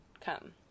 come